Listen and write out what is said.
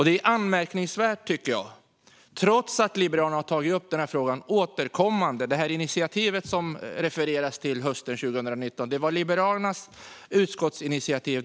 Det är anmärkningsvärt, tycker jag, när Liberalerna har tagit upp den här frågan återkommande. Initiativet hösten 2019 som refereras till var Liberalernas utskottsinitiativ.